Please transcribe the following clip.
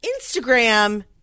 Instagram